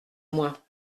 moins